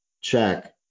check